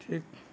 ঠিক